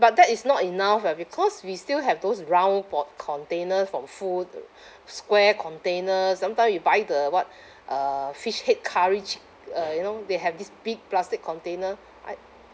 but that is not enough eh because we still have those round po~ containers from food square containers sometime you buy the what uh fish head curry chi~ uh you know they have this big plastic container I